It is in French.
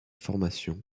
formation